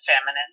feminine